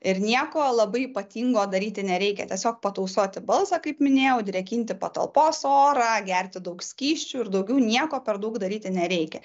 ir nieko labai ypatingo daryti nereikia tiesiog patausoti balsą kaip minėjau drėkinti patalpos orą gerti daug skysčių ir daugiau nieko per daug daryti nereikia